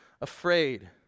afraid